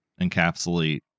encapsulate